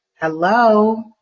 Hello